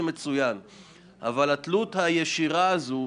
בתלות הישירה הזו,